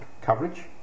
coverage